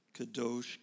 Kadosh